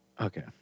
Okay